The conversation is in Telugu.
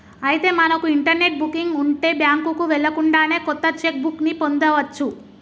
అయితే మనకు ఇంటర్నెట్ బుకింగ్ ఉంటే బ్యాంకుకు వెళ్ళకుండానే కొత్త చెక్ బుక్ ని పొందవచ్చు